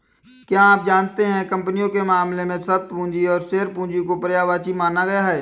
क्या आप जानते है कंपनियों के मामले में, शब्द पूंजी और शेयर पूंजी को पर्यायवाची माना गया है?